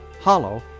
Hollow